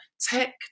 tech